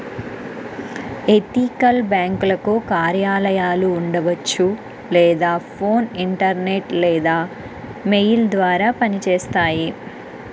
ethical బ్యేంకులకు కార్యాలయాలు ఉండవచ్చు లేదా ఫోన్, ఇంటర్నెట్ లేదా మెయిల్ ద్వారా పనిచేస్తాయి